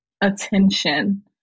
attention